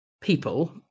people